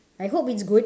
I hope it's good